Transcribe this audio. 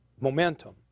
momentum